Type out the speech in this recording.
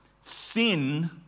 Sin